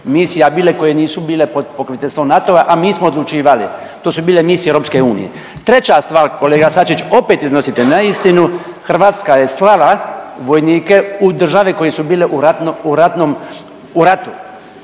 misija bilo koje nisu bile pod pokroviteljstvom NATO-a, a mi smo odlučivali. To su bile misije EU. Treća stvar, kolega Sačić opet iznosite neistinu. Hrvatska je slala vojnike u države koje su bile u ratu,